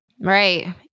Right